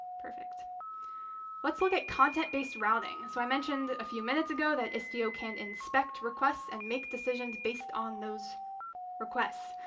perfect let's look at content-based routing. so i mentioned a few minutes ago that istio can inspect requests and make decisions based on those requests.